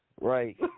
Right